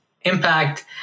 impact